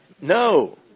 No